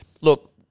Look